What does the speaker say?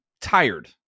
tired